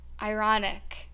ironic